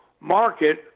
market